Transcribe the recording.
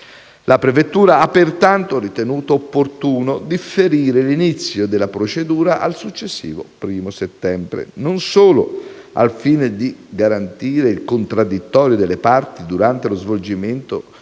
La prefettura ha pertanto ritenuto opportuno differire l'inizio della procedura al successivo 1° settembre non solo al fine di garantire il contraddittorio delle parti durante lo svolgimento